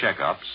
checkups